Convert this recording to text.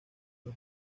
los